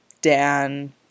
Dan